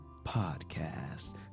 podcast